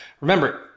Remember